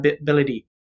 ability